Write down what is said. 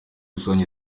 rusange